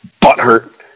butthurt